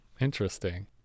Interesting